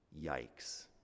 Yikes